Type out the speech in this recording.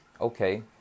Okay